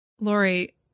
Lori